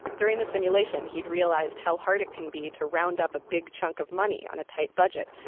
during the simulation, he realized how hard it can be to round up a big chunk of money on a tight budget.